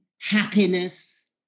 happiness